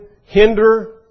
hinder